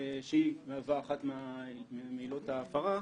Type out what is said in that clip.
שמהווה אחת מעילות ההפרה.